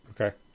okay